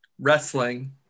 Wrestling